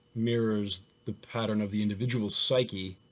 mirrors the pattern of the individual's psyche,